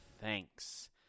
thanks